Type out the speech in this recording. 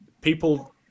People